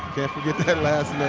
can't forget that that last